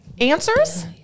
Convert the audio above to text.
answers